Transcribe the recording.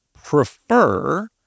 prefer